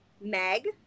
Meg